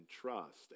trust